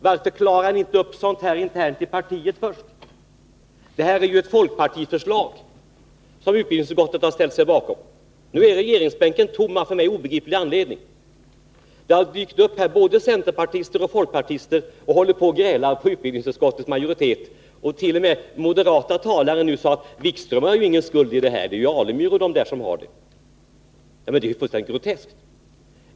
Varför klarar ni inte först upp sådana här saker internt inom partiet? Det är ju ett folkpartiförslag som utbildningsutskottet har ställt sig bakom. Nu är regeringsbänken av för mig obegriplig anledning tom. Både centerpartister och folkpartister ägnar sig här åt att gräla på utbildningsutskottets majoritet. T. o. m. talare från moderata samlingspartiet säger att Jan-Erik Wikström inte har någon skuld i det här, utan det har Stig Alemyr och andra i utskottet. Det är ju fullständigt groteskt.